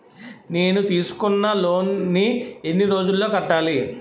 నేను తీసుకున్న లోన్ నీ ఎన్ని రోజుల్లో కట్టాలి?